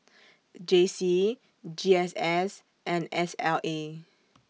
J C G S S and S L A